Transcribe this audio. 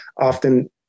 often